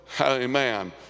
Amen